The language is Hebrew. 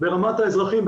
ברמת האזרחים,